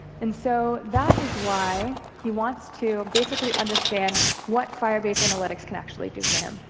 and so that is why he wants to basically understand what firebase analytics can actually do for him.